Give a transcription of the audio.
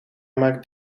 maakt